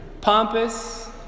Pompous